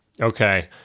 okay